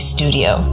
Studio